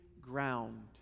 ground